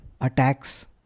attacks